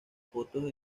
fotos